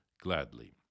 gladly